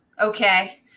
Okay